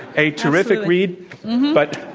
a terrific read but,